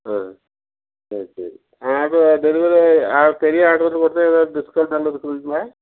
ஆ சரி சரி வேறு ஏதாவுது டெலிவரி பெரிய ஆட்ரு கொடுத்தா ஏதாவுது டிஸ்கௌண்ட்